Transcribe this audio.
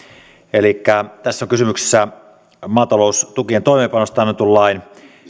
elikkä tässä on kysymyksessä maataloustukien toimeenpanosta annetun lain